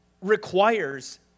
requires